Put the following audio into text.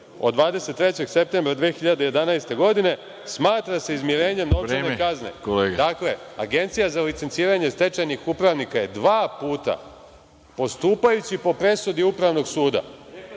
od 23. septembra 2011. godine smatra se izmirenjem novčane kazne. Kakve? Agencija za licenciranje stečajnih upravnika je dva puta postupajući po presudi Upravnog suda,